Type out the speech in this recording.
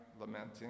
lamenting